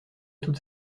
toute